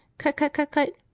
cut-cut-cut-cut!